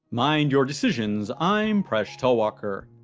mind your decisions, i'm presh talwalkar.